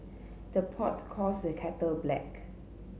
the pot calls the kettle black